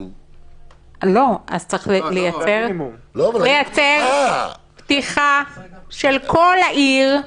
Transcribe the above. צריך לייצר פתיחה של כל העיר,